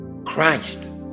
Christ